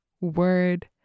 word